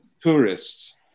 tourists